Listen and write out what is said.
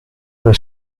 una